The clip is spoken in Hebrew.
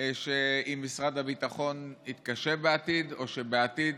אם משרד הביטחון יתקשה בעתיד, או שבעתיד